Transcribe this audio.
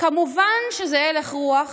מובן שזה הלך רוח